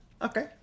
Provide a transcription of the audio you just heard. Okay